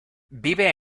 vive